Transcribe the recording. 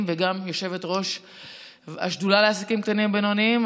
וגם יושבת-ראש השדולה לעסקים קטנים ובינוניים.